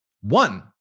One